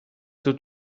dut